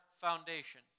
Foundation